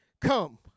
Come